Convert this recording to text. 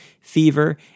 fever